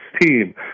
team